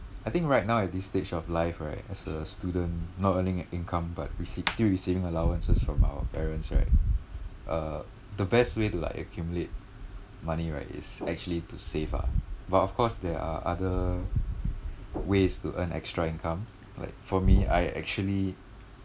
I think right now at this stage of life right as a student not earning income but rec~ still receiving allowances from our parents right uh the best way to like accumulate money right is actually to save ah but of course there are other ways to earn extra income like for me I actually